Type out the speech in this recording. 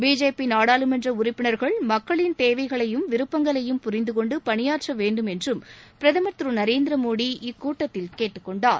BJP நாடாளுமன்ற உறுப்பினர்கள் மக்களின் தேவைகளையும் விருப்பங்களையும் புரிந்தகொண்டு பணியாற்ற வேண்டும் என்றும் பிரதமர் திரு மோடி இக்கூட்டத்தில் கேட்டுக்கொண்டார்